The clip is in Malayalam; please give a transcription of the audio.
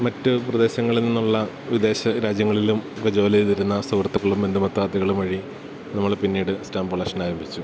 മറ്റു പ്രദേശങ്ങളിൽ നിന്നുള്ള വിദേശ രാജ്യങ്ങളിലും ഒക്കെ ജോലിചെയ്തിരുന്ന സുഹൃത്തുക്കളും ബന്ധുമിത്രാദികളും വഴി നമ്മള് പിന്നീട് സ്റ്റാമ്പ് കളക്ഷനാരംഭിച്ചു